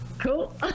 Cool